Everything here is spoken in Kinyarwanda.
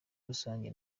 rusange